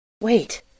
Wait